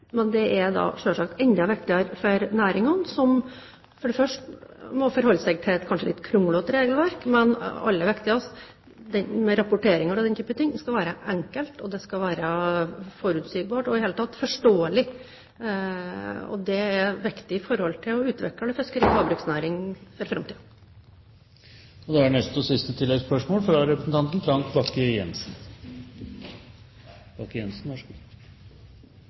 men det er selvsagt enda viktigere for næringene, som må forholde seg til et kanskje litt kronglete regelverk. Det aller viktigste er at rapporteringer og den typen ting skal være enkelt, det skal være forutsigbart og i det hele tatt forståelig. Det er viktig for å utvikle fiskeri- og havbruksnæringen for